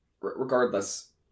Regardless